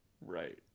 Right